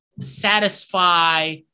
satisfy